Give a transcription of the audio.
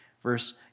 Verse